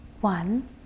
one